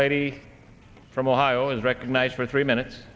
lady from ohio is recognized for three minutes